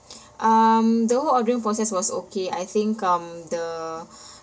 um the whole ordering process was okay I think um the